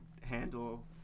handle